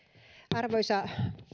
arvoisa